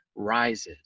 rises